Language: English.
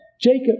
Jacob